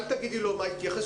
אל תגידי לו למה להתייחס,